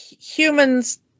humans